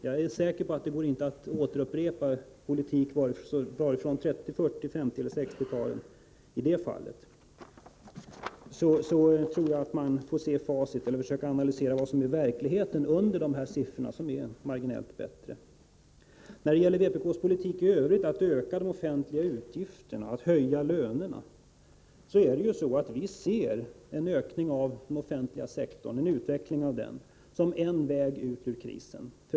Jag är säker på att det inte går att upprepa politiken från vare sig 1940 och 1950-talet eller 1960-talet. Jag tror att man får försöka analysera verkligheten och vad som ligger bakom de aktuella siffrorna, som är marginellt bättre. När det gäller vpk:s politik i övrigt — att öka de offentliga utgifterna och att höja lönerna — vill jag framhålla att vi ser en utökning av den offentliga sektorn, en utveckling av denna, som en väg ut ur krisen.